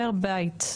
פר בית?